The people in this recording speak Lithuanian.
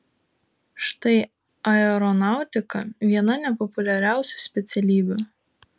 štai aeronautika viena nepopuliariausių specialybių